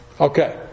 Okay